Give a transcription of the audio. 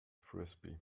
frisbee